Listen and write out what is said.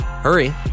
Hurry